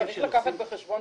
אבל צריך לקחת בחשבון,